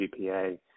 GPA